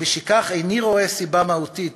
ולפיכך איני רואה סיבה מהותית